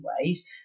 ways